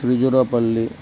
Tiruchirappalli